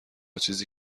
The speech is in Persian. چیزی